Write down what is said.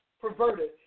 perverted